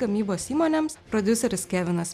gamybos įmonėms prodiuseris kevinas